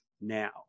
now